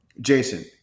Jason